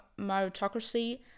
meritocracy